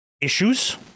issues